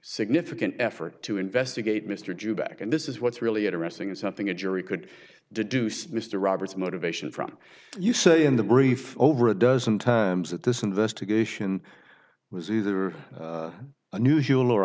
significant effort to investigate mr jew back and this is what's really interesting is something a jury could deduce mr roberts motivation from you say in the brief over a dozen times that this investigation was either a new fuel or a